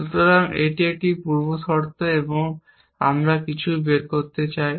সুতরাং এটি একটি পূর্ব শর্ত এবং আমরা কিছু বের করতে চাই